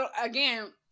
again